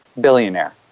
billionaire